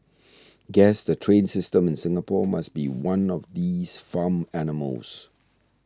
guess the train system in Singapore must be one of these farm animals